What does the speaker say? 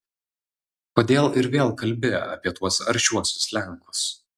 kodėl ir vėl kalbi apie tuos aršiuosius lenkus